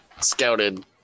scouted